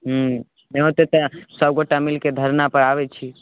ह्म्म नहि होतै तऽ सभ गोटए मिलि कऽ धरनापर आबै छी